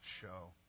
show